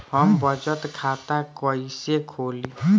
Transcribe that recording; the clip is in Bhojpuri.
हम बचत खाता कइसे खोलीं?